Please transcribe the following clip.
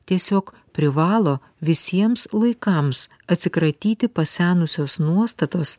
tiesiog privalo visiems laikams atsikratyti pasenusios nuostatos